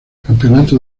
campeonato